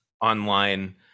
online